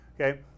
okay